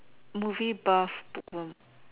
movie Puff bookworm